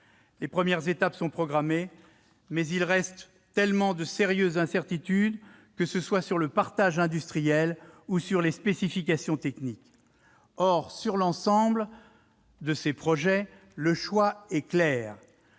Les premières étapes sont programmées, mais il reste tellement de sérieuses incertitudes, qu'il s'agisse du partage industriel ou des spécifications techniques. Or, sur l'ensemble de ces projets, le choix est clair